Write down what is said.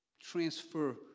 transfer